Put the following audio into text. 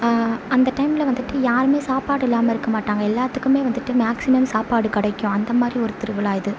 அந்த டைம்மில் வந்துவிட்டு யாருமே சாப்பாடு இல்லாம இருக்கமாட்டாங்க எல்லாத்துக்குமே வந்துவிட்டு மேக்சிமம் சாப்பாடு கிடைக்கும் அந்தமாதிரி ஒரு திருவிழா இது